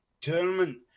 tournament